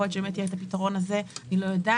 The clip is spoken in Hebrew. יכול להיות שיהיה את הפתרון הזה אני לא יודעת.